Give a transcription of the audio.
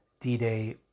D-Day